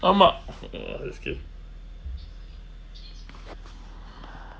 !alamak! okay uh escape